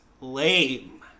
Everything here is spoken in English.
lame